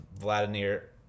Vladimir